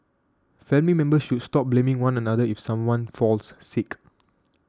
family members should stop blaming one another if someone falls sick